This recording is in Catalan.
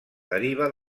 deriva